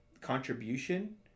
contribution